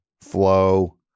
Flow